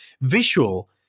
visual